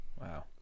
Wow